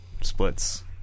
splits